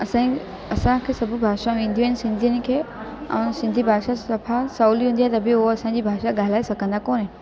असांजी असांखे सभु भाषाउं ईंदियूं आहिनि सिंधियुन खे ऐं सिंधी भाषा सफा सवली हूंदी आहे त बि हूअ असांजी भाषा ॻाल्हाए सघंदा कोन्हनि